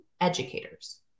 educators